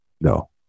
no